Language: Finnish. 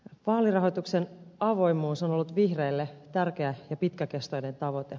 vaalirahoituksen avoimuus on ollut vihreille tärkeä ja pitkäkestoinen tavoite